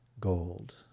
gold